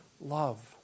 love